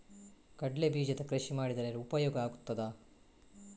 ಕಡ್ಲೆ ಬೀಜದ ಕೃಷಿ ಮಾಡಿದರೆ ಉಪಯೋಗ ಆಗುತ್ತದಾ?